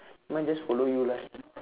nevermind just follow you lah